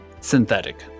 Synthetic